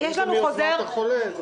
יש חוזר 5/2012 שלי,